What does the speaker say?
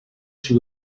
she